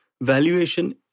valuation